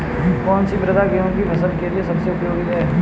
कौन सी मृदा गेहूँ की फसल के लिए सबसे उपयोगी है?